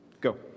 Go